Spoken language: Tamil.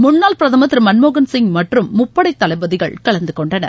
முன்னாள் பிரதமர் திரு மன்மோகன்சிங் மற்றும் முப்படை தளபதிகள் கலந்து கொண்டனர்